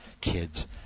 Kids